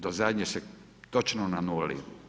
Do zadnje ste, točno na nuli.